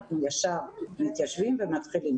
אנחנו ישר מתיישבים ומתחילים,